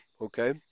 Okay